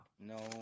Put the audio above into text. No